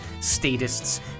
statists